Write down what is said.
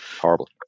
horrible